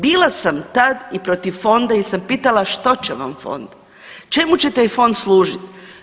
Bila sam tad i protiv fonda jel sam pitala što će vam fond, čemu će taj fond služit?